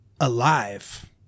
alive